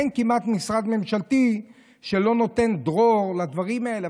אין כמעט משרד ממשלתי שלא נותן דרור לדברים האלה.